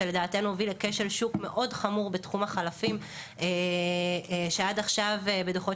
שלדעתנו הוביל לכשל שוק מאוד חמור בתחום החלפים שעד עכשיו בדוחות